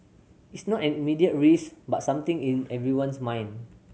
it's not an immediate risk but something in everyone's mind